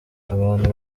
abantu